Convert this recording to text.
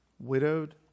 widowed